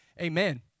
Amen